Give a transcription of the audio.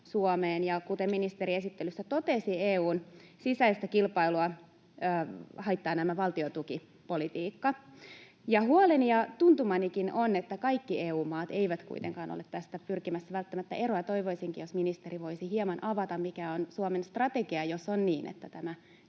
Suomeen, ja, kuten ministeri esittelyssä totesi, EU:n sisäistä kilpailua haittaa tämä valtiontukipolitiikka. Huoleni ja tuntumanikin on, että kaikki EU-maat eivät kuitenkaan ole tästä pyrkimässä välttämättä eroon. Toivoisinkin, että ministeri voisi hieman avata, mikä on Suomen strategia, jos on niin, että